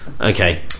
okay